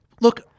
Look